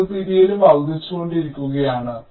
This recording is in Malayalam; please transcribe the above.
വേർപിരിയലും വർദ്ധിച്ചുകൊണ്ടിരിക്കുകയാണ്